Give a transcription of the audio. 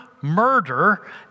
murder